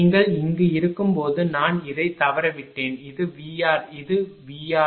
நீங்கள் இங்கு இருக்கும்போது நான் இதை தவறவிட்டேன் இது VR இது VR